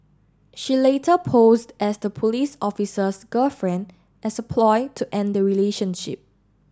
she later posed as the police officer's girlfriend as a ploy to end the relationship